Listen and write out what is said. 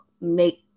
make